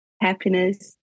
happiness